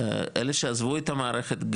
אלה שעזבו את המערכת,